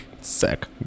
Sick